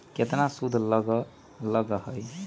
केतना सूद लग लक ह?